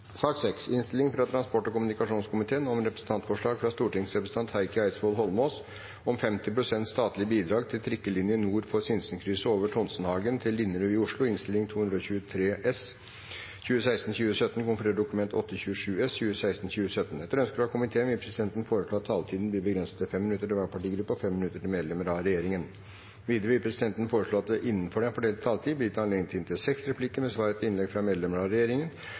sak nr. 3. Etter ønske fra transport- og kommunikasjonskomiteen vil presidenten foreslå at taletiden blir begrenset til 5 minutter til hver partigruppe og 5 minutter til medlemmer av regjeringen. Videre vil presidenten foreslå at det – innenfor den fordelte taletid – blir gitt anledning til inntil seks replikker med svar etter innlegg fra medlemmer av regjeringen,